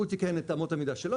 הוא תיקן את אמות המידה שלו,